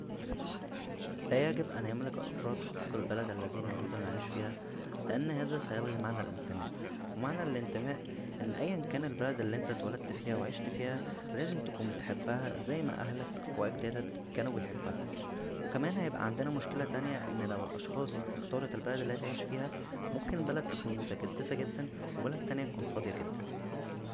لا يجب ان يملك الافراد حق البلد اللذى يريدون العيش فيها لان هذا سيلغى معنى الانتماء و معنى الانتماء ان ايا كان البلد اللى انت اتولدت فيها و عشت فيها لازم تكون بتحبها زى ما اهلك و اجدادك كانوا بيحبوها و كمان هيبقى عندنا مشكله تانيه ان لو الاشخاص اختارت البلد اللى هى تعيش فيها ممكن بلد تكون متكدسه جدا وبلد تانيه تكون فاضيه جدا